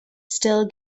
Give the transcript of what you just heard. still